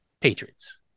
Patriots